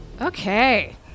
Okay